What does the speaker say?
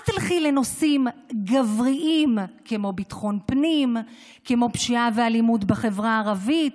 אל תלכי לנושאים גבריים כמו ביטחון פנים ופשיעה ואלימות בחברה הערבית,